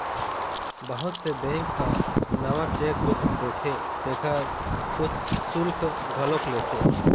बहुत से बेंक ह नवा चेकबूक देथे तेखर कुछ सुल्क घलोक लेथे